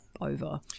over